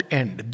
end